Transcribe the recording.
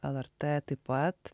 lrt taip pat